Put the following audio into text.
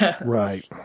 Right